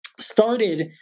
started